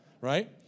right